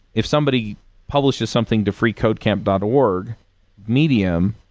if somebody publishes something to freecodecamp dot org medium,